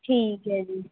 ਠੀਕ ਹੈ ਜੀ